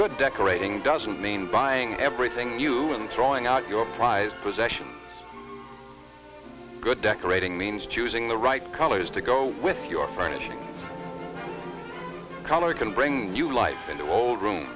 good decorating doesn't mean buying everything you and throwing out your prized possessions good decorating means choosing the right colors to go with your furnishings color can bring new life into old room